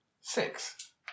Six